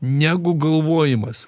negu galvojimas